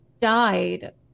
died